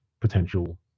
potential